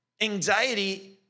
anxiety